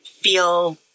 feel